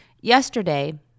yesterday